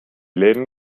läden